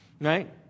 Right